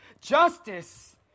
justice